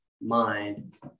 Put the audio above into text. mind